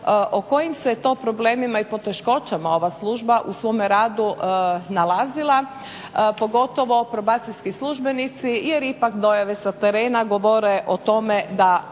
o kojim se to problemima i poteškoćama ova služba u svome radu nalazila pogotovo probacijski službenici jer ipak dojave sa terena govore o tome da